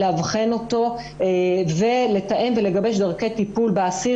לאבחן אותו ולתאם ולגבש דרכי טיפול באסיר